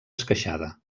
esqueixada